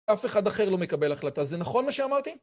אף אחד אחר לא מקבל החלטה, זה נכון מה שאמרתי?